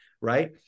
Right